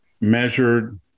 measured